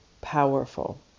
powerful